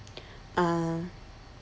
um